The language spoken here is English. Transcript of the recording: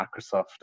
Microsoft